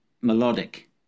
melodic